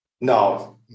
No